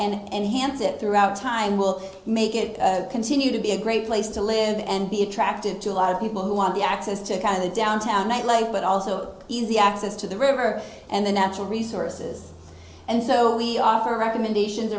and hands it throughout time will make it continue to be a great place to live and be attractive to a lot of people who want the access to kind of the downtown i'd like but also easy access to the river and the natural resources and so we offer recommendations